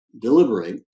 deliberate